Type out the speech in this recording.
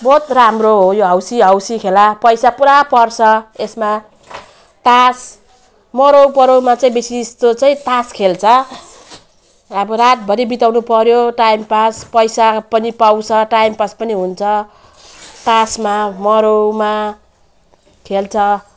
बहुत राम्रो हो यो हौसी हौसी खेला पैसा पुरा पर्छ यसमा तास मरौपरौमा बेसी जस्तो चाहिँ तास खेल्छ अब रातभरि बिताउनुपर्यो टाइम पास पैसा पनि पाउँछ टाइम पास पनि हुन्छ तासमा मरौमा खेल्छ